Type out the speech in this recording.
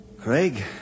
Craig